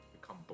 become